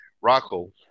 Rocco